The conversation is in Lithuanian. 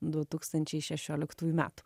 du tūkstančiai šešioliktųjų metų